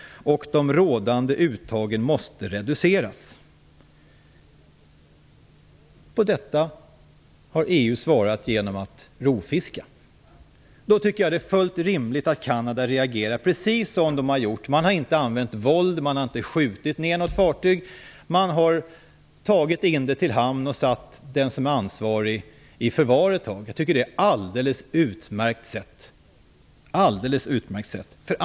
De rådande uttagen måste reduceras. På detta har EU svarat genom att rovfiska. Då tycker jag att det är fullt rimligt att Kanada reagerar precis som de gjorde. De har inte använt våld, de har inte skjutit ner något fartyg utan de har tagit in det till hamn och satt den ansvarige i förvar ett tag. Jag tycker att det är ett alldeles utmärkt sätt att reagera.